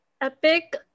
Epic